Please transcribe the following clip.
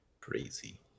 Crazy